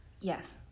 yes